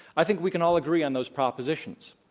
i think we can all agree on those propositions.